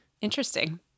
interesting